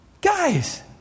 Guys